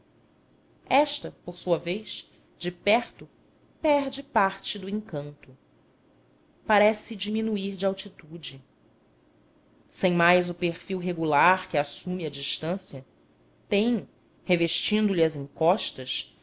esta por sua vez de perto perde parte do encanto parece diminuir de altitude sem mais o perfil regular que assume à distância tem revestindo lhe as encostas